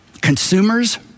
consumers